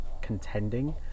contending